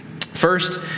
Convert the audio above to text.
First